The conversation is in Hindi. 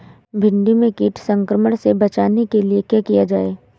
भिंडी में कीट संक्रमण से बचाने के लिए क्या किया जाए?